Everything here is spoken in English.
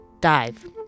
Dive